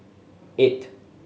eight